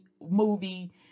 movie